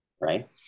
right